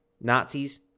Nazis